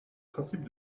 principe